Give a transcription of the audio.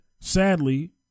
sadly